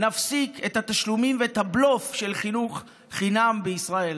נפסיק את התשלומים ואת הבלוף של חינוך חינם בישראל.